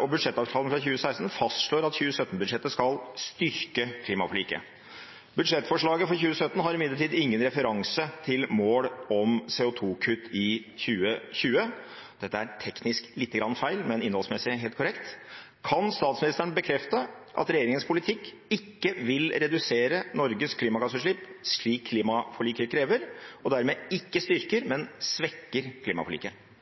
og budsjettavtalen fra 2016 fastslår at 2017-budsjettet skal «styrke klimaforliket». Budsjettforslaget for 2017 har imidlertid ingen referanse til mål for CO 2 -kutt innen 2020.» Dette er teknisk lite grann feil, men innholdsmessig helt korrekt. «Kan statsministeren bekrefte at regjeringens politikk ikke vil redusere Norges klimagassutslipp slik klimaforliket krever, og dermed ikke styrker, men svekker klimaforliket?»